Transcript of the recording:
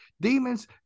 Demons